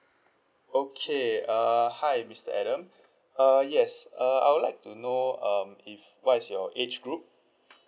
okay err hi mister adam uh yes uh I would like to know um if what is your age group